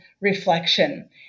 reflection